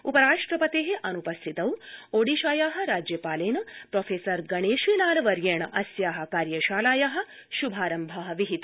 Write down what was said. उपराष्ट्रपते अन्पस्थितौ ओडिशाया राज्यपालेन प्रोगणेशीलाल वर्येण अस्या कार्यशालाया श्भारम्भ विहित